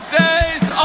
days